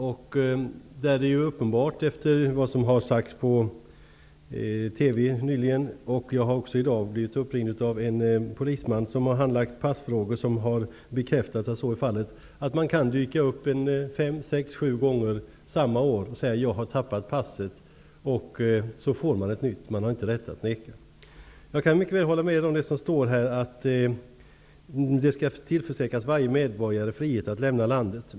Det är ju uppenbart, efter vad som nyligen sagts i TV -- jag har också blivit uppringd av en polisman som handlagt passfrågor, som har bekräftat att så är fallet -- att en person kan dyka upp fem sex sju gånger samma år och påstå att han tappat passet. På polismyndigheten lämnar man då ut ett nytt pass, eftersom man inte har rätt att vägra. Jag kan mycket väl hålla med om det som står här, nämligen att det skall tillförsäkras varje medborgare frihet att lämna landet.